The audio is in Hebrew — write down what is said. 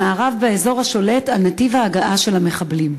למארב באזור השולט על נתיב ההגעה של המחבלים.